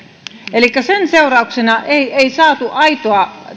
elikkä sen seurauksena ei ei saatu aitoa